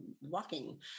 walking